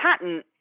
patent